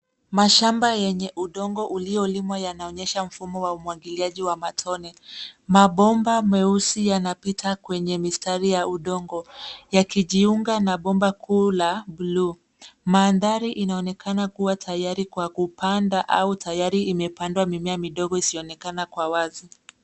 Mashamba yenye udongo uliolimwa yanaonyesha mfumo wa umwagiliaji wa matone. Mabomba meusi yanapita kwenye mistari ya udongo yakijiunga na bomba kuu la bluu. Mandhari inaonekana kuwa tayari kwa kupanda au tayari imepandwa mimea midogo isiyoonekana kwa wazi.